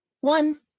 One